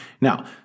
Now